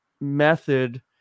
method